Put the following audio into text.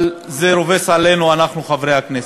אבל זה רובץ עלינו, אנחנו, חברי הכנסת.